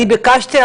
אני ביקשתי,